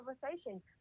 conversation